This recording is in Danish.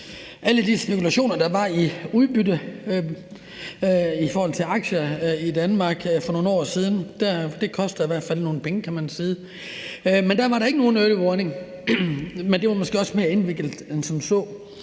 alle de spekulationer, der var i udbytte i forhold til aktier i Danmark for nogle år siden. Det koster i hvert fald nogle penge, kan man sige. Men der var der ikke nogen early warning, og det var måske også mere indviklet end som så.